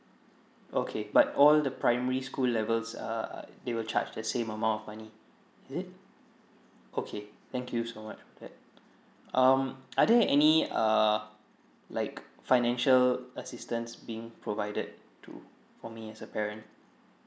okay but all the primary school levels uh they will charge the same amount of money is it okay thank you so much for that um are there any err like financial assistance being provided to for me as a parent